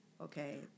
Okay